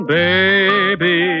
baby